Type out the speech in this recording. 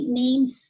names